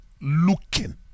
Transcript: looking